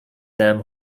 them